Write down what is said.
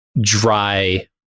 dry